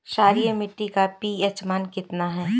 क्षारीय मीट्टी का पी.एच मान कितना ह?